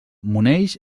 monells